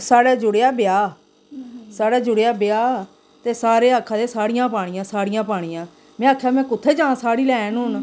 साढ़ै जुड़ेआ ब्याह् साढ़ै जुड़ेआ ब्याह् ते सारे आखा दे साड़ियां पानियां साड़ियां पानियां में आखेआ में कुत्थें जां साड़ी लैन हून